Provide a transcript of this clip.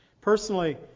Personally